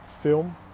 film